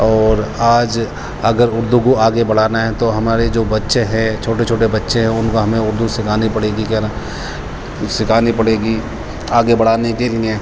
اور آج اگر اردو کو آگے بڑھانا ہے تو ہمارے جو بچے ہیں چھوٹے چھوٹے بچے ہیں ان کو ہمیں اردو سکھانی پڑے گی کیا نا سکھانی پڑے گی آگے بڑھانے کے لیے